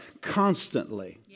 constantly